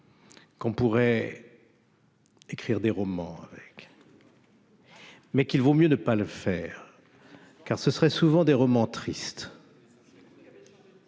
Qu'on pourrait écrire des romans avec. Mais qu'il vaut mieux ne pas le faire, car ce serait souvent des romans triste.